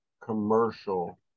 commercial